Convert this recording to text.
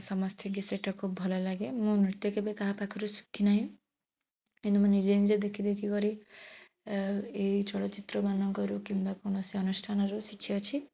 ସମସ୍ତଙ୍କୁ ସେଟା ଖୁବ ଭଲ ଲାଗେ ମୁଁ ନୃତ୍ୟ କେବେ କାହା ପାଖରୁ ଶିଖିନାହିଁ କିନ୍ତୁ ମୁଁ ନିଜେ ନିଜେ ଦେଖି ଦେଖି କରି ଏଇ ଚଳଚ୍ଚିତ୍ର ମାନଙ୍କରୁ କିମ୍ବା କୌଣସି ଅନୁଷ୍ଠାନରୁ ଶିଖିଅଛି